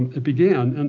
it began. and